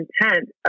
intent